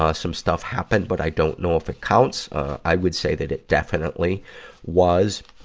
ah some stuff happened, but i don't know if it counts. i would say that it definitely was.